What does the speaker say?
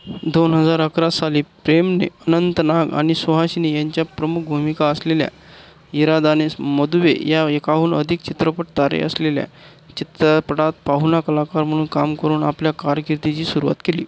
दोन हजार अकरा साली प्रेमने अनंत नाग आणि सुहासिनी यांच्या प्रमुख भूमिका असलेल्या इरादाने मदुवे या एकाहून अधिक चित्रपट तारे असलेल्या चित्रपटात पाहुणा कलाकार म्हणून काम करून आपल्या कारकिर्दीची सुरुवात केली